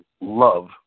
love